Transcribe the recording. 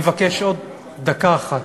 אני מבקש עוד דקה אחת.